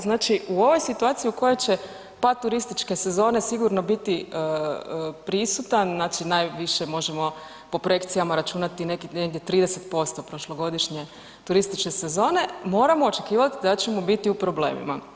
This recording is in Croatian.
Znači, u ovoj situaciji u kojoj će pad turističke sezone sigurno biti prisutan, znači najviše možemo po projekcijama računati negdje 30% prošlogodišnje turističke sezone, moramo očekivat da ćemo bit u problemima.